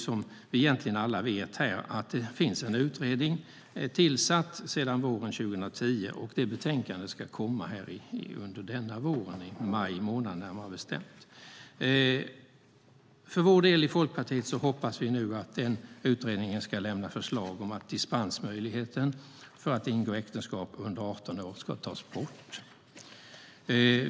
Som vi egentligen alla vet här finns det en utredning tillsatt sedan våren 2010, och betänkandet ska komma under denna vår, närmare bestämt i maj månad. För vår del i Folkpartiet hoppas vi nu att utredningen ska lämna förslag om att dispensmöjligheten för att ingå äktenskap före 18 års ålder ska tas bort.